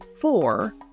four